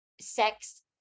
sex